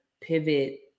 pivot